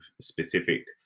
specific